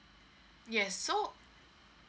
yes so